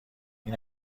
این